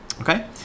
Okay